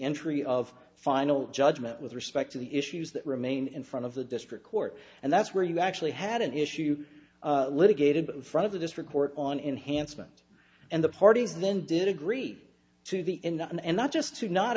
entry of final judgment with respect to the issues that remain in front of the district court and that's where you actually had an issue litigated in front of the district court on enhanced meant and the parties then did agree to the end and not just to not